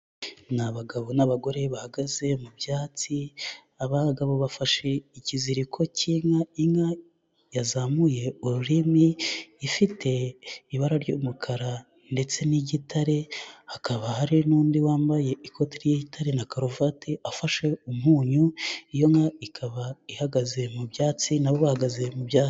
Ni abagabo n'abagore bahagaze mu byatsi, abagabo bafashe ikiziriko cy'inka, inka yazamuye ururimi, ifite ibara ry'umukara ndetse n'igitare, hakaba hari n'undi wambaye ikoti ry'itare na karuvati, afashe umunyu, iyo nka ikaba ihagaze mu byatsi nabo bahagaze mu byatsi.